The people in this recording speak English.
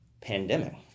pandemic